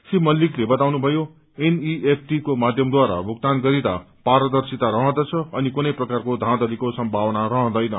श्री मत्लिकल बताउनुभयो एमईएफटी को माध्यमद्वारा भुक्तान गरिँदा पारदर्शिता रहँदछ अनि कुनै प्रकारको धाँथलीको सम्भावना रहँदैन